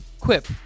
Quip